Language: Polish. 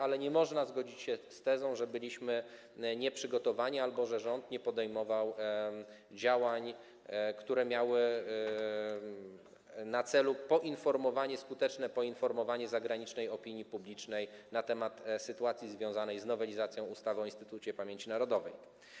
Ale nie można zgodzić się z tezą, że byliśmy nieprzygotowani albo że rząd nie podejmował działań, które miały na celu skuteczne poinformowanie zagranicznej opinii publicznej o sytuacji związanej z nowelizacją ustawy o Instytucie Pamięci Narodowej.